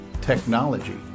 technology